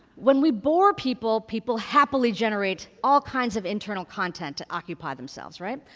when we bore people, people happily generate all kinds of internal content to occupy themselves, right?